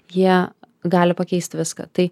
jie gali pakeist viską tai